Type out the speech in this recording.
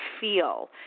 feel